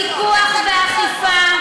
של פיקוח ואכיפה,